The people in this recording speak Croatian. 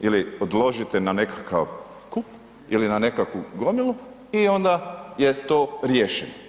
ili odložite na nekakav kup ili na nekakvu gomilu i onda je to riješeno.